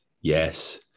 yes